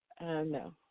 No